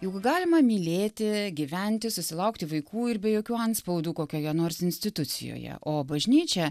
juk galima mylėti gyventi susilaukti vaikų ir be jokių antspaudų kokioje nors institucijoje o bažnyčia